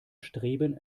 streben